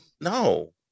no